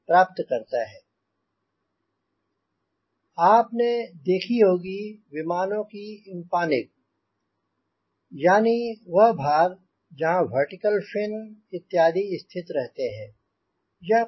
Refer Slide Time 2604 आपने देखी होगी विमान की एंपन्नागे यानी वह भाग जहांँ वर्टिकल फिन इत्यादि स्थित रहती हैं